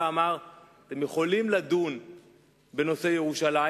אמר: אתם יכולים לדון בנושא ירושלים,